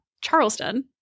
Charleston